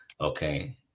Okay